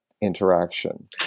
interaction